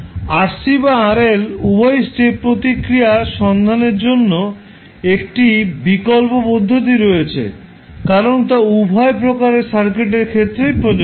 RC বা RL উভয়েরই step প্রতিক্রিয়া সন্ধানের জন্য একটি বিকল্প পদ্ধতি রয়েছে কারণ তা উভয় প্রকারের সার্কিটের ক্ষেত্রেই প্রযোজ্য